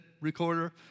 Recorder